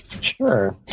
Sure